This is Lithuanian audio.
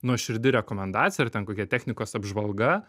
nuoširdi rekomendacija ar ten kokia technikos apžvalga